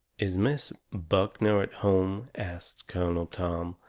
is miss buckner at home? asts colonel tom,